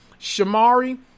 Shamari